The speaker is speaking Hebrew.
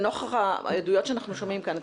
לנוכח העדויות שאנחנו שומעים כאן,